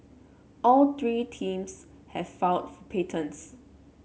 all three teams have filed for patents